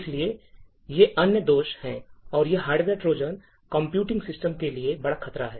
इसलिए ये अन्य दोष हैं और ये हार्डवेयर ट्रोजन कंप्यूटिंग सिस्टम के लिए बड़ा खतरा हैं